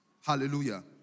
Hallelujah